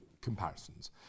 comparisons